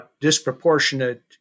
disproportionate